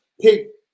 pick